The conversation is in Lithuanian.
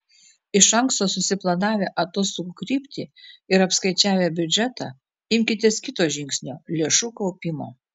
iš anksto susiplanavę atostogų kryptį ir apskaičiavę biudžetą imkitės kito žingsnio lėšų kaupimo